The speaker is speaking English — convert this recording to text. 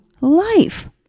life